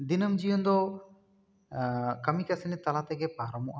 ᱫᱤᱱᱟᱹᱢ ᱡᱤᱭᱚᱱ ᱫᱚ ᱠᱟᱹᱢᱤ ᱠᱟᱹᱥᱱᱤ ᱛᱟᱞᱟ ᱛᱮᱜᱮ ᱯᱟᱨᱚᱢᱚᱜᱼᱟ